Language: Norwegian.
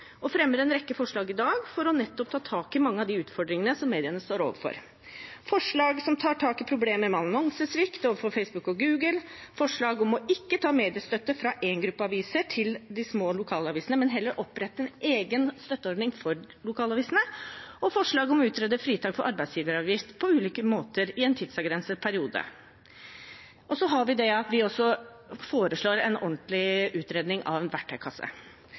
og fremmer en rekke forslag i dag for nettopp å ta tak i mange av de utfordringene som mediene står overfor: forslag som tar tak i problemene med annonsesvikten overfor Facebook og Google, forslag om ikke å ta mediestøtte fra en gruppe aviser og gi til de små lokalavisene, men heller opprette en egen støtteordning for lokalavisene, forslag om å utrede fritak for arbeidsgiveravgift på ulike måter i en tidsavgrenset periode. Så foreslår vi